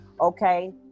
Okay